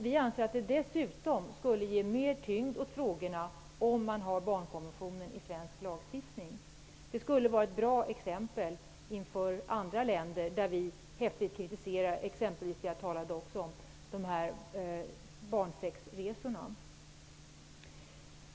Vi anser dock att det skulle ge mer tyngd åt dessa frågor om barnkonventionen ingick i svensk lagstiftning. Det skulle utgöra ett bra exempel inför andra länder. Vi har t.ex. häftigt kritiserat barnsexresorna, som jag tidigare talade om.